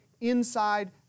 inside